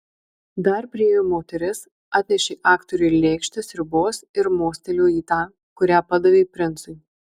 dar priėjo moteris atnešė aktoriui lėkštę sriubos ir mostelėjo į tą kurią padavė princui